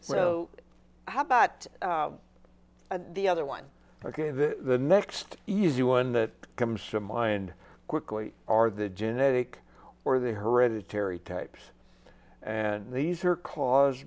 so how but the other one ok the next easy one that comes to mind quickly are the genetic or the hereditary types and these are caused